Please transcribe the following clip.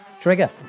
trigger